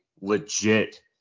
legit